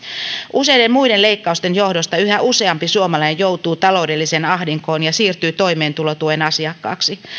useiden muiden leikkausten johdosta yhä useampi suomalainen joutuu taloudelliseen ahdinkoon ja siirtyy toimeentulotuen asiakkaaksi